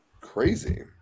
Crazy